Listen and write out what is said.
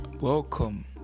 Welcome